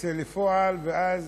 תצא לפועל, ואז